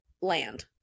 land